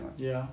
ya